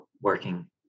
working